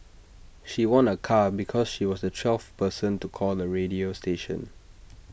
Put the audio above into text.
she won A car because she was the twelfth person to call the radio station